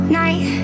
night